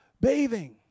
bathing